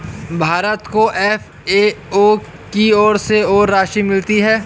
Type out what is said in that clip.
भारत को एफ.ए.ओ की ओर से और राशि मिलनी चाहिए